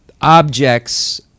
Objects